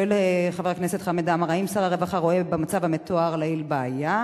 שואל חבר הכנסת חמד עמאר: האם שר הרווחה רואה במצב המתואר לעיל בעיה?